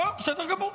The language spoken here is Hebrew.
לא, בסדר גמור.